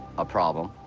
a problem.